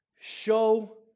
show